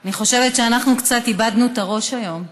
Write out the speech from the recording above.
אני חושבת שאנחנו קצת איבדנו את הראש היום.